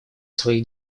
своих